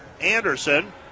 Anderson